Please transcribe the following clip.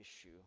issue